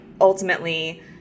ultimately